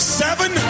seven